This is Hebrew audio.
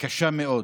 קשה מאוד